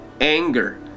anger